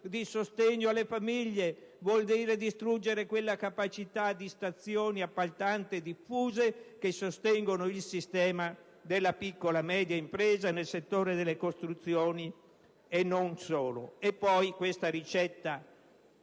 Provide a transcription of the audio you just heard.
di sostegno alle famiglie. Vuol dire distruggere quella capacità di stazioni appaltanti diffuse che sostengono il sistema della piccola e media impresa nel settore delle costruzioni, e non solo. Poi c'è la ricetta